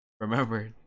remember